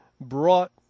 brought